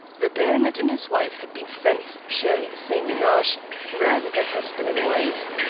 the baronet and his wife had been friends sharing the same menage rather than husband and wife.